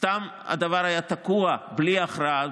סתם הדבר היה תקוע בלי הכרעה.